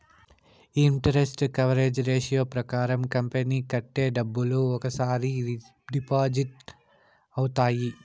ఈ interest coverage ratio ప్రకారం company కట్టే డబ్బులు ఒక్కసారి డిఫాల్ట్ అవుతాయి